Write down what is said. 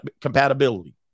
compatibility